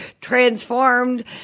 transformed